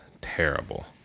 terrible